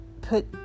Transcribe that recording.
put